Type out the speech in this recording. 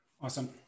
awesome